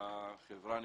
החברה נבחרת.